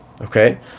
Okay